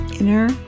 inner